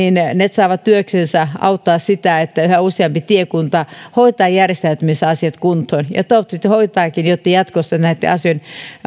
saavat työksensä auttaa siinä että yhä useampi tiekunta hoitaa järjestäytymisasiat kuntoon ja toivottavasti hoitaakin jotta jatkossa näitten asioitten